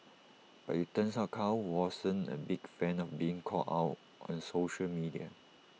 but IT turns out Kwan wasn't A big fan of being called out on social media